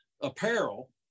apparel